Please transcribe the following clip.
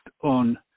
on